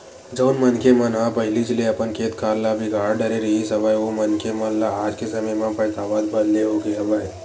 जउन मनखे मन ह पहिलीच ले अपन खेत खार ल बिगाड़ डरे रिहिस हवय ओ मनखे मन ल आज के समे म पछतावत भर ले होगे हवय